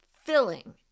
filling